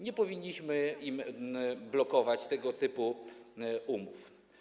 Nie powinniśmy blokować im tego typu umów.